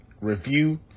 review